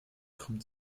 kommt